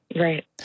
Right